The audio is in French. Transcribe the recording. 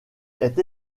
est